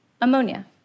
ammonia